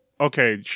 okay